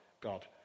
God